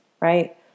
right